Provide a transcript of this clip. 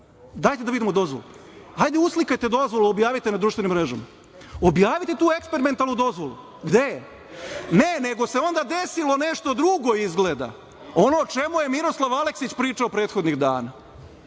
Dajte da vidimo dozvolu? Hajde, uslikajte dozvolu, objavite na društvenim mrežama? Objavite tu eksperimentalnu dozvolu? Gde je? Ne, nego se onda desilo nešto drugo izgleda, ono o čemu je Miroslav Aleksić pričao prethodnih dana,